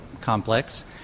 complex